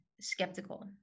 skeptical